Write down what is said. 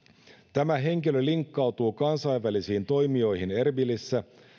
tämä henkilö linkkautuu kansainvälisiin toimijoihin erbilissä